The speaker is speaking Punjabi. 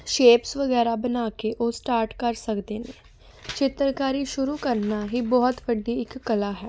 ਸ਼ੇਪਸ ਵਗੈਰਾ ਬਣਾ ਕੇ ਉਹ ਸਟਾਰਟ ਕਰ ਸਕਦੇ ਨੇ ਚਿੱਤਰਕਾਰੀ ਸ਼ੁਰੂ ਕਰਨਾ ਹੀ ਬਹੁਤ ਵੱਡੀ ਇੱਕ ਕਲਾ ਹੈ